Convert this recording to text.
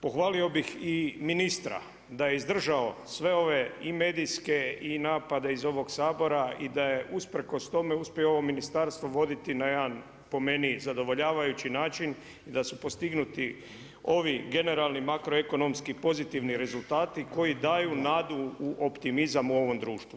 Pohvalio bih i ministra, da je izdržao sve ove i medijske i napade iz ovog Sabora i da je usprkos tome uspio ovo ministarstvo voditi na jedan po meni zadovoljavajući način da se postignu ti, ovi generalni, makroekonomski, pozitivni rezultati, koji daju nadu u optimizam u ovom društvu.